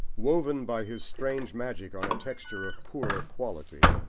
woven by his strange magic on a texture of poorer quality,